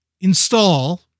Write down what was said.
install